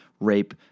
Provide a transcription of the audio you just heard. rape